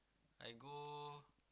I go